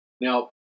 Now